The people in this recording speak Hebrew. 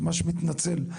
ממש מתנצל,